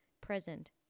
present